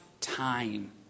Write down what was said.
time